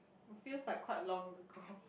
feels like quite long ago